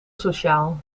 sociaal